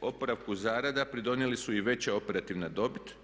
Oporavku zarada pridonijeli su i veća operativna dobit